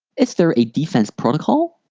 is there a defense protocol?